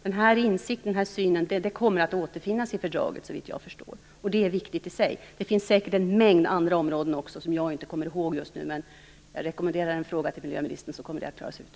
Den insikten och synen kommer, såvitt jag förstår, att återfinnas i fördraget. Detta är viktigt i sig. Men det är säkert också fråga om en mängd andra områden, som jag just nu inte kommer ihåg. Jag rekommenderar en fråga till miljöministern, så att detta klaras ut.